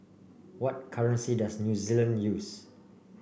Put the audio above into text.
what currency does New Zealand use